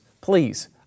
Please